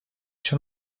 się